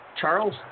Charles